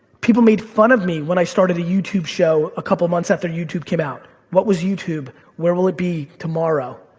people made fun of me when i started a youtube show a couple of months after youtube came out. what was youtube? where will it be tomorrow,